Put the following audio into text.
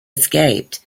escaped